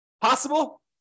Possible